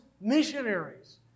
missionaries